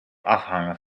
afhangen